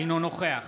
אינו נוכח